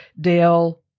Dale